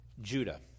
Judah